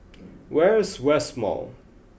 where is West Mall